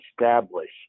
establish